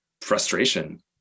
frustration